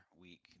week